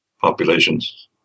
populations